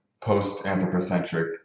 post-anthropocentric